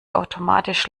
automatisch